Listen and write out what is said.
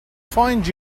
find